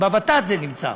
בוות"ת זה נמצא.